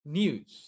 news